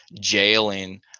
jailing